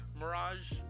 Mirage